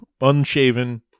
unshaven